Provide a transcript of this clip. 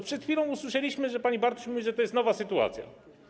Przed chwilą usłyszeliśmy, że pani Bartuś mówi, że to jest nowa sytuacja.